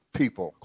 people